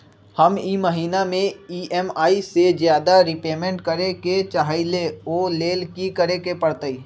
हम ई महिना में ई.एम.आई से ज्यादा रीपेमेंट करे के चाहईले ओ लेल की करे के परतई?